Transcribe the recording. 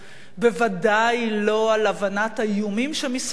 בוודאי לא על הבנת האיומים שמסביב,